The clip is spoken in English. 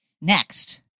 Next